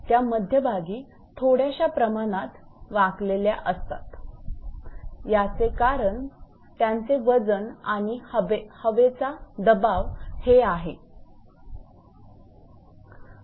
त्या मध्यभागी थोड्या प्रमाणात वाकलेल्या असतात याचे कारण त्यांचे वजन आणि हवेचा दबाव हे आहे